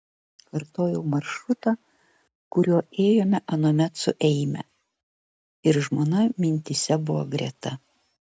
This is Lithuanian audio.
kartojau maršrutą kuriuo ėjome anuomet su eime ir žmona mintyse buvo greta